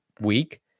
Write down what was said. week